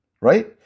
right